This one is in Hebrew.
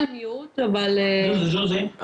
לאזרחים.